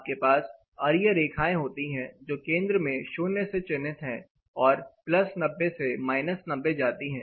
आपके पास अरीय रेखाएं होती हैं जो केंद्र में 0 से चिन्हित है और 90 से 90 जाती है